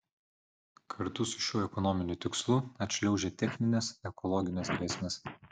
kartu su šiuo ekonominiu tikslu atšliaužia techninės ekologinės grėsmės